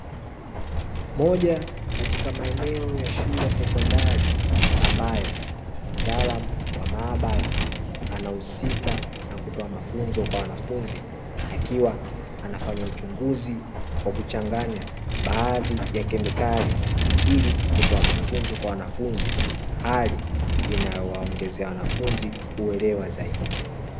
Moja katika maeneo ya shule sekondari, ambayo mtaalamu wa maabara anahusika na kutoa mafunzo kwa wanafunzi, akiwa anafanya uchunguzi kwa kuchanganya baadhi ya kemikali, ili kutoa mafunzo kwa wanafunzi, hali inayowaongezea wanafunzi uelewa zaidi.